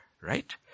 right